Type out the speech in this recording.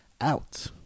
out